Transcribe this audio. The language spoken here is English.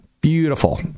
Beautiful